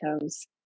toes